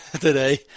today